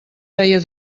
feia